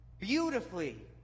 beautifully